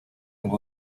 ngo